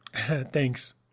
Thanks